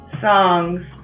songs